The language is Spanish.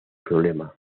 problema